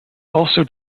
also